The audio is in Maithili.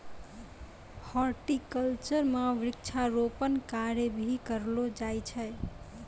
हॉर्टिकल्चर म वृक्षारोपण कार्य भी करलो जाय छै